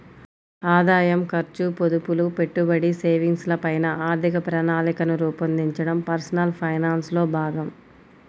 ఆదాయం, ఖర్చు, పొదుపులు, పెట్టుబడి, సేవింగ్స్ ల పైన ఆర్థిక ప్రణాళికను రూపొందించడం పర్సనల్ ఫైనాన్స్ లో భాగం